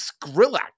Skrillex